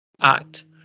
act